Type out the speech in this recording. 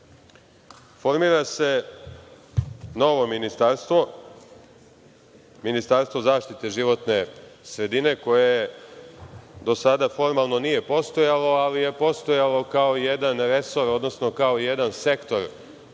Formira se novo ministarstvo, Ministarstvo zaštite životne sredine, koje do sada formalno nije postojalo, ali je postojalo kao jedan resor, odnosno kao jedan sektor